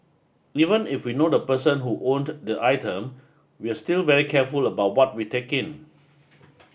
even if we know the person who owned the item we're still very careful about what we take in